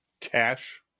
Cash